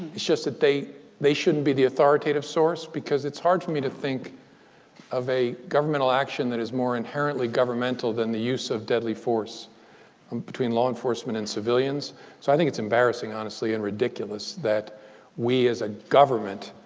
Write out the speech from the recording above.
it's just that they they shouldn't be the authoritative source because it's hard for me to think of a governmental action that is more inherently governmental than the use of deadly force um between law enforcement and civilians. so i think it's embarrassing, honestly, and ridiculous that we, as a government,